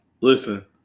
Listen